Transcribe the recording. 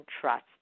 trust